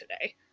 today